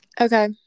Okay